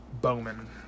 Bowman